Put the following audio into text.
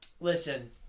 Listen